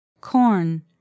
Corn